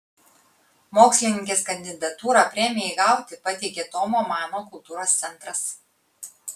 mokslininkės kandidatūrą premijai gauti pateikė tomo mano kultūros centras